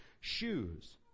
shoes